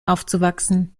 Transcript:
aufzuwachsen